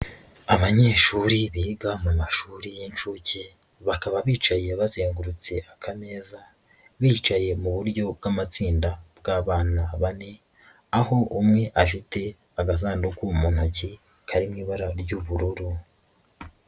Abanyeshuri biga mu mashuri y'incuke bakaba bicaye bazengurutse akameza, bicaye mu buryo bw'amatsinda bw'abana bane, aho umwe afite agasanduku mu ntoki karimo ibara ry'ubururu.